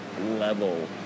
level